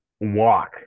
walk